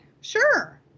Sure